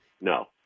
No